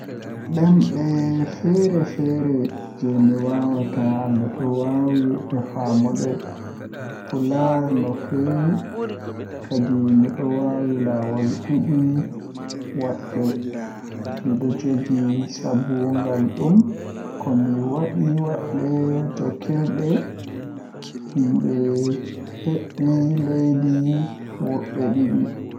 Ɗemɗe feere-feere jei mi waawata Miɗo waawi e faamaade Pulaar no feewi, kadi miɗo waawi laawol ɗiɗi waɗɓe. Miɗo njogii sabu ngal ɗum ko mi waɗi waɗde jokkondirɗe yimɓe heɓɓe leydi woɗɓe ɗiɗɗi.